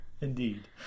Indeed